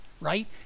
right